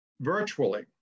virtually